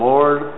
Lord